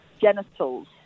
genitals